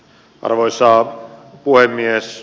arvoisa puhemies